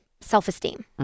Self-esteem